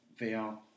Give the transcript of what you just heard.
VR